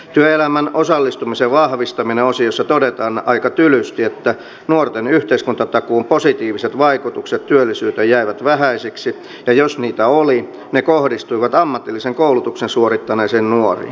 työelämään osallistumisen vahvistaminen osiossa todetaan aika tylysti että nuorten yhteiskuntatakuun positiiviset vaikutukset työllisyyteen jäivät vähäisiksi ja jos niitä oli ne kohdistuivat ammatillisen koulutuksen suorittaneisiin nuoriin